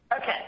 Okay